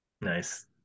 Nice